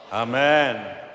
Amen